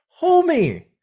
homie